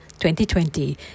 2020